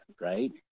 right